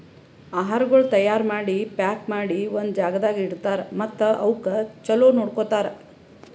ಆಹಾರಗೊಳ್ ತೈಯಾರ್ ಮಾಡಿ, ಪ್ಯಾಕ್ ಮಾಡಿ ಒಂದ್ ಜಾಗದಾಗ್ ಇಡ್ತಾರ್ ಮತ್ತ ಅವುಕ್ ಚಲೋ ನೋಡ್ಕೋತಾರ್